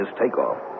takeoff